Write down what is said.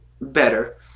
better